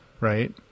Right